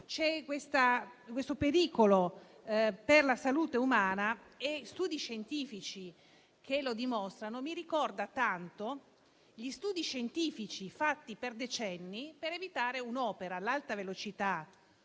al pericolo per la salute umana, con studi scientifici che lo dimostrano, mi ricorda tanto gli studi scientifici fatti per decenni per evitare un'opera, l'alta velocità